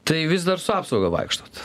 tai vis dar su apsauga vaikštot